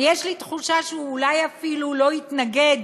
ויש לי תחושה שהוא אולי אפילו לא יתנגד,